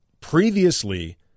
previously